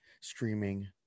streaming